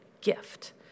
gift